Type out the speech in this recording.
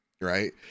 right